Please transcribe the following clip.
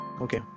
Okay